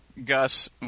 Gus